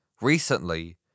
Recently